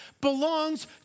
belongs